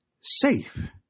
Safe